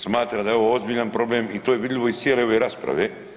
Smatram da je ovo ozbiljan problem i to je vidljivo iz cijele ove rasprave.